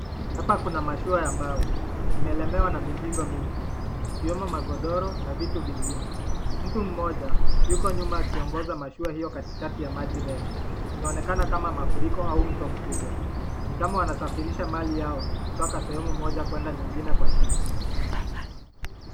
Hapa kuna mashua ya mbao, imelemewa na mizogo mingi ikiwemo magodoro na vitu vingine . Mtu mmoja yuko nyuma akiongoza mashua hiyo katikati ya maji mengi inaonekana kama mafuriko au mto mkubwa. Nikama wanasafirisha mali yao kutoka sehemu moja kwenda nyingine kwa shida.